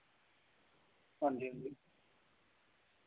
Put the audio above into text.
हांजी हांजी